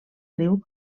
riu